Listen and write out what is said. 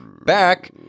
Back